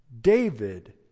David